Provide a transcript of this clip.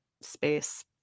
space